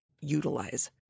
utilize